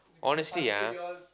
honestly ah